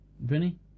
Vinny